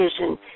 vision